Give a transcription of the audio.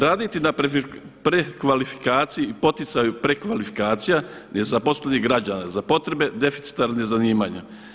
Raditi na prekvalifikaciji i poticanju prekvalifikacija nezaposlenih građana za potrebe deficitarnih zanimanja.